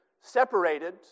separated